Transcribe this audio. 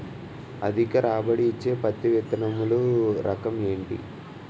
అధిక రాబడి ఇచ్చే పత్తి విత్తనములు రకం ఏంటి?